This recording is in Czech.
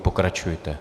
Pokračujte.